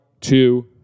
two